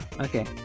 Okay